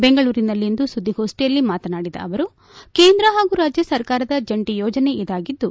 ಬೆಂಗಳೂರಿನಲ್ಲಿಂದು ಸುದ್ದಿಗೋಷ್ಠಿಯಲ್ಲಿ ಮಾತನಾಡಿದ ಅವರು ಕೇಂದ್ರ ಹಾಗೂ ರಾಜ್ಯ ಸರ್ಕಾರದ ಜಂಟ ಯೋಜನೆ ಇದಾಗಿದ್ದು